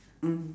mm